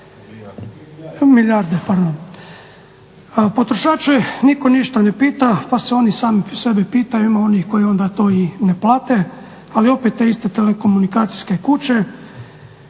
milijarde kuna. Potrošče nitko ništa ne pita pa se oni sami sebe pitaju, ima onih koji onda to i ne plate, ali opet te iste telekomunikacijske kuće